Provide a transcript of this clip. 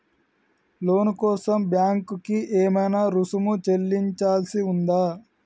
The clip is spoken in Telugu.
లోను కోసం బ్యాంక్ కి ఏమైనా రుసుము చెల్లించాల్సి ఉందా?